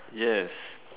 yes